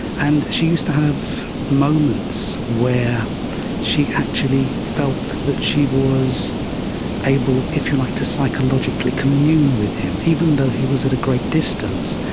and she used to have moments where she actually felt that she was able, if you like, to psychologically commune with him, even though he was at a great distance,